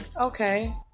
Okay